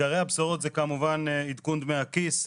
עיקרי הבשורות זה כמובן עדכון דמי הכיס,